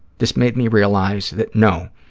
this made me realize that, no,